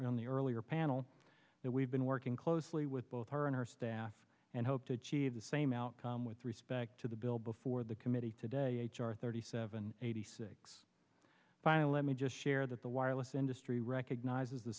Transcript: on the earlier panel that we've been working closely with both her and her staff and hope to achieve the same outcome with respect to the bill before the committee today h r thirty seven eighty six final let me just share that the wireless industry he recognizes the